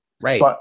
Right